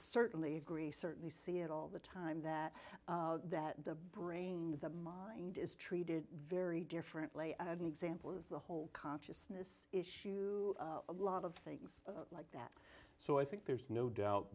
certainly agree certainly see it all the time that that the brain of the mind is treated very differently in example the whole consciousness issue a lot of things like that so i think there's no doubt